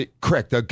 Correct